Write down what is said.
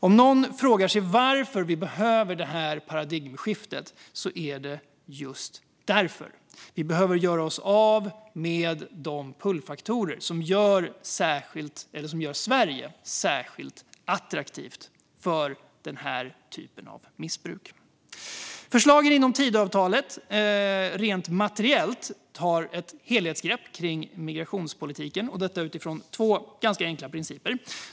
Om någon frågar sig varför vi behöver det här paradigmskiftet är det just därför. Vi behöver göra oss av med de pullfaktorer som gör Sverige särskilt attraktivt för den här typen av missbruk. Förslagen inom Tidöavtalet, rent materiellt, tar ett helhetsgrepp kring migrationspolitiken utifrån två ganska enkla principer.